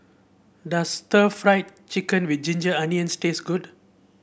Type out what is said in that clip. does stir Fry Chicken with Ginger Onions taste good